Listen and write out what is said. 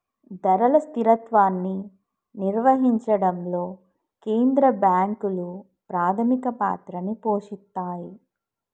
ధరల స్థిరత్వాన్ని నిర్వహించడంలో కేంద్ర బ్యాంకులు ప్రాథమిక పాత్రని పోషిత్తాయ్